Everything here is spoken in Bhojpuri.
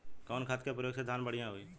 कवन खाद के पयोग से धान बढ़िया होई?